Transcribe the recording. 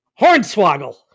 Hornswoggle